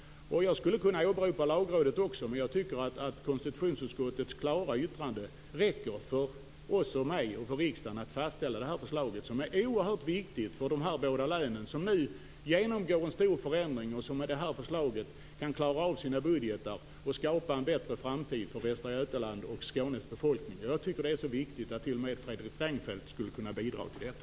Jag skulle också kunna åberopa Lagrådet, men jag tycker att konstitutionsutskottets klara yttrande räcker för mig och för riksdagen att fastställa det förslag som är oerhört viktigt för de båda län som nu genomgår en stor förändring och som nu klarar av sina budgetar. Det skapar en bättre framtid för Västra Götaland och Skånes befolkning. Jag tycker att det är så viktigt att t.o.m. Fredrik Reinfeldt skulle kunna bidra till detta.